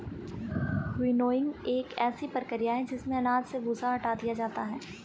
winnowing एक ऐसी प्रक्रिया है जिसमें अनाज से भूसा हटा दिया जाता है